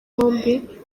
bombi